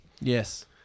Yes